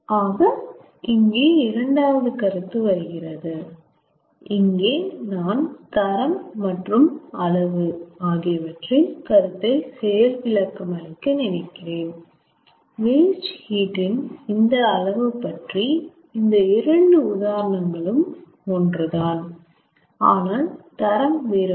ஆக இங்கே இரண்டாவது கருத்து வருகிறது இங்கே நான் தரம் மற்றும் அளவு ஆகியவற்றின் கருத்தை செயல்விளக்கமளிக்க நினைக்கிறன் வேஸ்ட் ஹீட் இந்த அளவு பற்றி இந்த 2 உதாரணங்களும் ஒன்று தான் ஆனால் தரம் வேறுபடும்